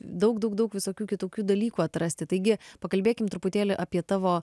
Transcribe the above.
daug daug daug visokių kitokių dalykų atrasti taigi pakalbėkim truputėlį apie tavo